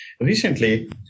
recently